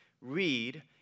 read